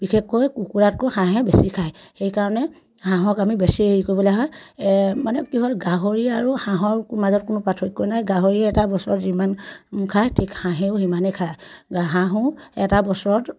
বিশেষকৈ কুকুৰাতকৈ হাঁহে বেছি খায় সেইকাৰণে হাঁহক আমি বেছি হেৰি কৰিবলগীয়া হয় মানে কি হ'ল গাহৰি আৰু হাঁহৰ মাজত কোনো পাৰ্থক্য নাই গাহৰি এটা বছৰত যিমান খায় ঠিক হাঁহেও সিমানেই খায় হাঁহো এটা বছৰত